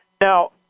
Now